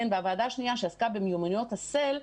והוועדה השנייה שעסקה במיומנות ה-S.E.L.